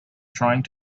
trying